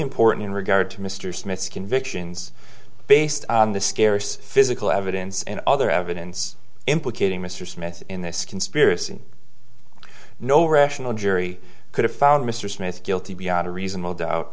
important in regard to mr smith's convictions based on the scarce physical evidence and other evidence implicating mr smith in this conspiracy no rational jury could have found mr smith guilty beyond a reasonable doubt